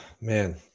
man